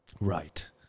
Right